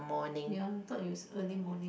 ya I thought is early morning